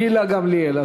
גילה גמליאל.